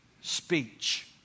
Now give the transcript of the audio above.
speech